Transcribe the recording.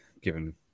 given